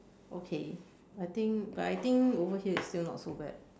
okay I think but I think over here it's still not so bad